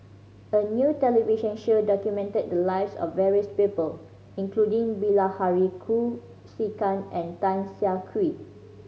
a new television show documented the lives of various people including Bilahari Kausikan and Tan Siah Kwee